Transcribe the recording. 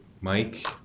Mike